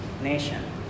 nation